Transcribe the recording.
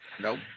nope